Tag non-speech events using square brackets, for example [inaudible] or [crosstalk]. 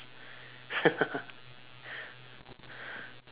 [laughs]